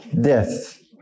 Death